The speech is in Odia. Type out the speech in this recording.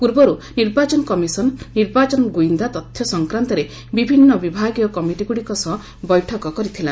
ପୂର୍ବରୁ ନିର୍ବାଚନ କମିଶନ ନିର୍ବାଚନ ଗୁଇନ୍ଦା ତଥ୍ୟ ସଂକ୍ରାନ୍ତରେ ବିଭିନ୍ନ ବିଭାଗୀୟ କମିଟିଗୁଡିକ ସହ ବୈଠକ କରିଥିଲା